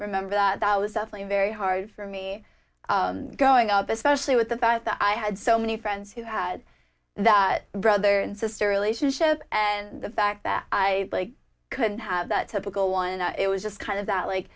remember that i was suffering very hard for me growing up especially with the fact that i had so many friends who had that brother and sister relationship and the fact that i couldn't have that typical one and it was just kind of that like